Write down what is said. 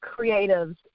creatives